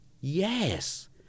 yes